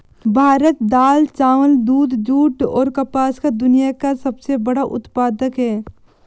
भारत दाल, चावल, दूध, जूट, और कपास का दुनिया का सबसे बड़ा उत्पादक है